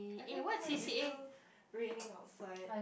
I don't even know if it's still raining outside